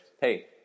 hey